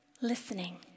listening